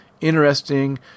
interesting